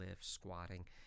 squatting